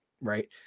right